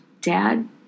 Dad